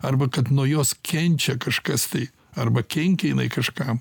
arba kad nuo jos kenčia kažkas tai arba kenkia jinai kažkam